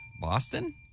Boston